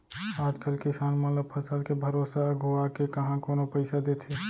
आज कल किसान मन ल फसल के भरोसा अघुवाके काँहा कोनो पइसा देथे